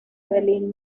evelyn